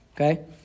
Okay